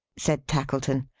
said tackleton.